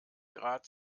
grad